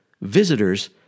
visitors